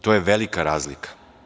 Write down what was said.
To je velika razlika.